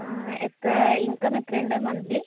ആ എത്ര ഇൻകം എത്രയുണ്ട് മന്ത്ലി